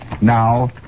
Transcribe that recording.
now